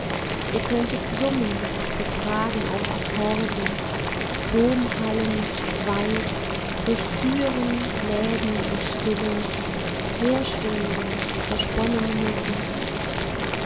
ihr könntet summen getragen auf akkorden dom hallend weit durch türen läden und stille herschwingende versponnene musik